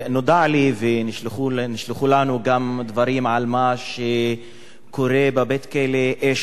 ונשלחו לנו גם דברים על מה שקורה בבית-הכלא "אשל" בבאר-שבע: